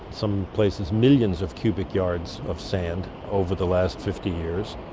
some places millions of cubic yards of sand over the last fifty years,